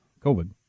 COVID